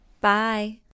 Bye